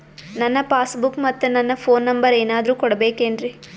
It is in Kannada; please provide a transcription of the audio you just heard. ನನ್ನ ಪಾಸ್ ಬುಕ್ ಮತ್ ನನ್ನ ಫೋನ್ ನಂಬರ್ ಏನಾದ್ರು ಕೊಡಬೇಕೆನ್ರಿ?